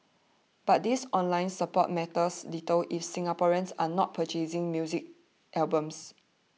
but this online support matters little if Singaporeans are not purchasing music albums